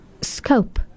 scope